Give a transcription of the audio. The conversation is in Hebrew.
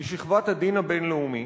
היא שכבת הדין הבין-לאומי,